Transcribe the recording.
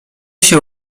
się